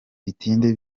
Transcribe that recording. bitinde